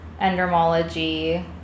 Endermology